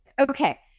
Okay